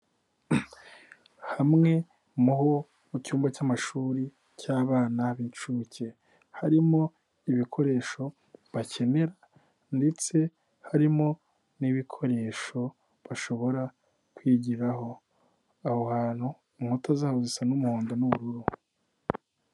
Hamwe mu ho mu cyumba cy'amashuri cy'abana b'inshuke, harimo ibikoresho bakenera ndetse harimo n'ibikoresho bashobora kwigiraho. Aho hantu inkuta zaho zisa n'umuhondo n'ubururu.